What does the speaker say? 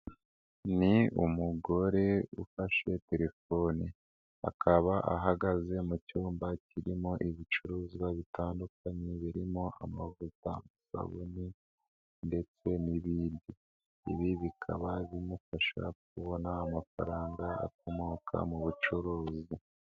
Ni umugore ufashe telefoni, akaba ahagaze mu cyumba kirimo ibicuruzwa bitandukanye birimo: amavuta, isabune ndetse n'ibindi, ibi bikaba bimufasha kubona amafaranga akomoka mu bucuruzi.